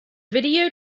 video